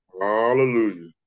Hallelujah